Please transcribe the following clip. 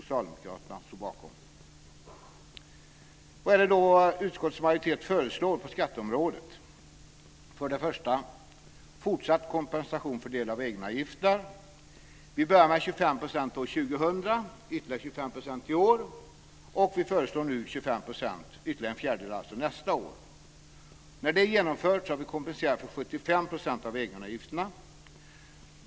Vad är det då som utskottets majoritet föreslår på skatteområdet? För det första: Fortsatt kompensation för del av egenavgifterna. Vi började med 25 % år 2000, ytterligare 25 % i år och vi föreslår nu 25 %, alltså ytterligare en fjärdedel, nästa år. När detta är genomfört har vi kompenserat för 75 % av egenavgifterna.